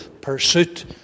pursuit